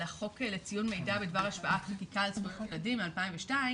על החוק לציון מידע בדבר השפעת חקיקה על זכויות ילדים מ-2002,